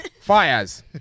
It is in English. Fires